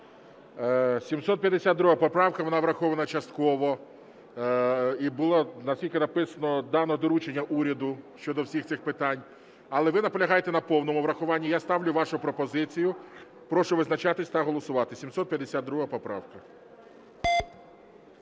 752 поправка. Вона врахована частково. І було написано: дано доручення уряду щодо всіх цих питань. Але ви наполягаєте на повному врахуванні, я ставлю нашу пропозицію. Прошу визначатися та голосувати. 752 поправка.